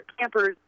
campers